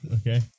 Okay